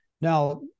Now